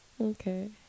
Okay